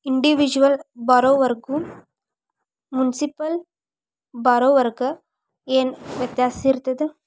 Individual ಬಾರೊವರ್ಗು municipal ಬಾರೊವರ್ಗ ಏನ್ ವ್ಯತ್ಯಾಸಿರ್ತದ?